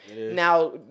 Now